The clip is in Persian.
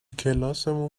کلاسمون